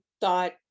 thought